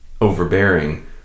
overbearing